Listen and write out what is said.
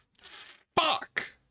Fuck